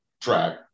track